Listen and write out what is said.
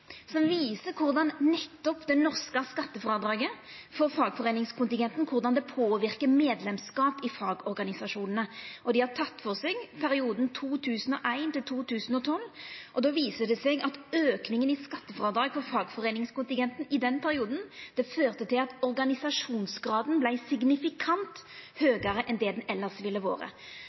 viser nettopp korleis det norske skattefrådraget for fagforeiningskontingenten påverkar medlemskap i fagorganisasjonane. Dei har teke for seg perioden 2001–2012, og då viser det seg at auken i skattefrådraget for fagforeiningskontingenten i den perioden førte til at organisasjonsgraden vart signifikant høgare enn det han elles ville vore.